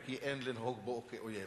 וכי אין לנהוג בו כאויב.